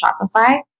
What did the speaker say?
Shopify